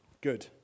Good